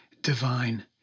divine